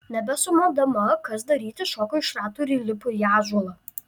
nebesumodama kas daryti šoko iš ratų ir įlipo į ąžuolą